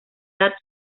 edad